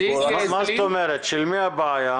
אומרת, של מי הבעיה?